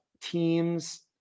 teams